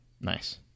Nice